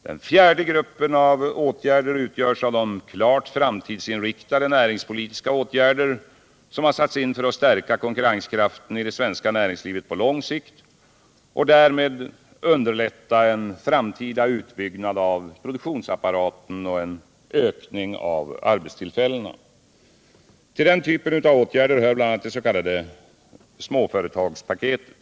Den fjärde gruppen av åtgärder utgörs av de klart framtidsinriktade näringspolitiska åtgärder som satts in för att stärka konkurrenskraften i det svenska näringslivet på lång sikt och därmed underlätta en framtida utbyggnad av produktionsapparaten och en ökning av arbetstillfällena. — Nr 42 Till den typen av åtgärder hör bl.a. det s.k. småföretagspaketet.